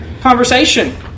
conversation